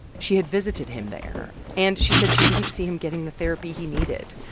she had visited him there, and she said she didn't see him getting the therapy he needed,